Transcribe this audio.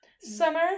Summer